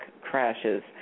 crashes